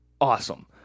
Awesome